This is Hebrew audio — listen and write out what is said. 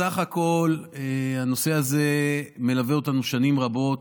בסך הכול, הנושא הזה מלווה אותנו שנים רבות.